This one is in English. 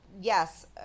Yes